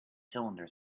cylinder